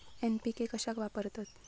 NPK कशाक वापरतत?